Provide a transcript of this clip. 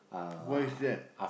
what is that